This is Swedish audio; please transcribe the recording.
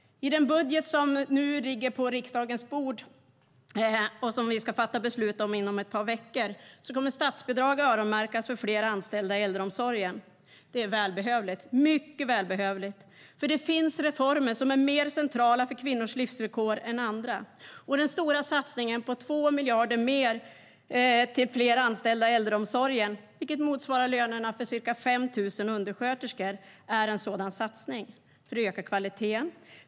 I den budget som nu ligger på riksdagens bord och som vi ska fatta beslut om inom ett par veckor kommer statsbidrag att öronmärkas för fler anställda i äldreomsorgen. Det är mycket välbehövligt, för det finns reformer som är mer centrala för kvinnors livsvillkor än andra. Den stora satsningen på 2 miljarder mer till fler anställda i äldreomsorgen, vilket motsvarar lönerna för ca 5 000 undersköterskor, är en sådan satsning för att öka kvaliteten.